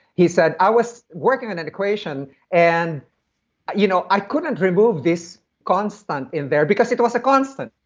he said. i was working on an equation and you know i couldn't remove this constant in there because it was a constant.